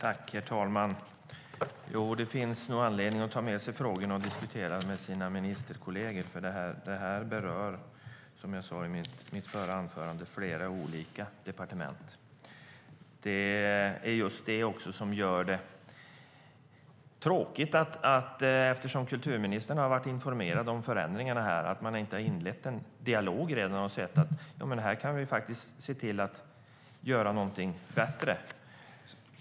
Herr talman! Det finns nog anledning att ta med sig frågorna och diskutera dem med sina ministerkolleger. Som jag sade i mitt tidigare anförande berör detta flera olika departement. Eftersom kulturministern har varit informerad om förändringarna är det tråkigt att man inte redan har inlett en dialog för att se till att åstadkomma någonting bättre.